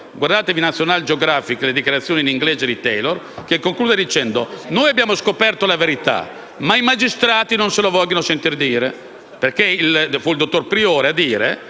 su «National Geographic» con le dichiarazioni in inglese di Taylor, che in pratica conclude dicendo: «Noi abbiamo scoperto la verità, ma i magistrati non se la vogliono sentir dire».